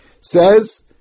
says